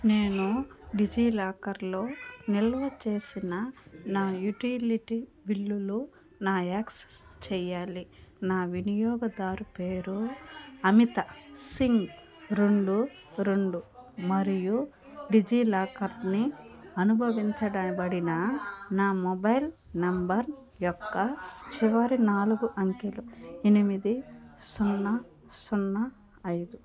నేను డిజిలాకర్లో నిల్వ చేసిన నా యుటిలిటీ బిల్లులు నా యాక్సెస్ చెయ్యాలి నా వినియోగదారు పేరు అమిత సింగ్ రెండు రెండు మరియు డిజిలాకర్ని అనుభవించబడిన నా మొబైల్ నంబర్ యొక్క చివరి నాలుగు అంకెలు ఎనిమిది సున్నా సున్నా ఐదు